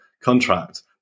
contract